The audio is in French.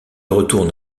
retourne